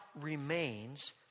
remains